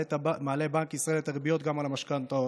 מעלה בנק ישראל את הריביות גם על המשכנתאות,